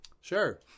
Sure